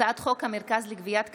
הצעת חוק המרכז לגביית קנסות,